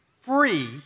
free